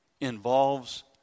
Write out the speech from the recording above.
involves